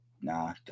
Nah